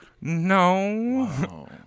No